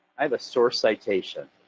i have a source citation.